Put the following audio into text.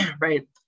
right